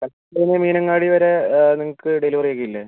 കൽപറ്റെന്ന് മീനങ്ങാടി വരെ നിങ്ങൾക്ക് ഡെലിവറി ഒക്കെയില്ലേ